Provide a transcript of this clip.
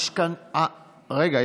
רגע,